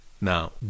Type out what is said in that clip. Now